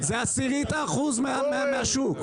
זה עשירית האחוז מהשוק.